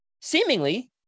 seemingly